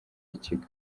ikigo